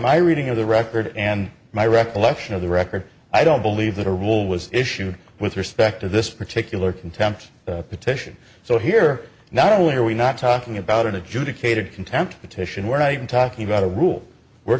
my reading of the record and my recollection of the record i don't believe that a rule was issued with respect to this particular contempt petition so here not only are we not talking about an adjudicated contempt petition we're not even talking about a rule we're